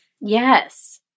Yes